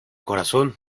corazón